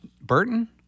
Burton